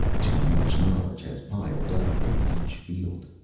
too much knowledge has piled up in each field.